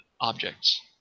objects